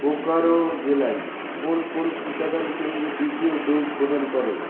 বোকারো জেলায় কোন কোন টিকাদান কেন্দ্র দ্বিতীয় ডোজ প্রদান করে